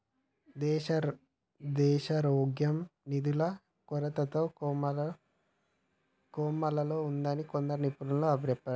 దేశారోగ్యం నిధుల కొరతతో కోమాలో ఉన్నాదని కొందరు నిపుణుల అభిప్రాయం